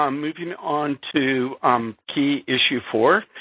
um moving on to key issue four,